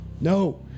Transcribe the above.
No